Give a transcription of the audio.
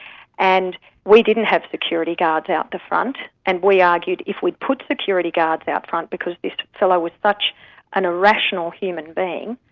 and we didn't have security guards out the front, and we argued if we'd put security guards out front, because this fellow was such an irrational human being,